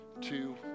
two